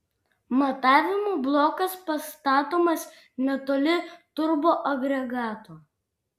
matavimo blokas pastatomas netoli turboagregato